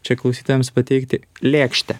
čia klausytojams pateikti lėkštę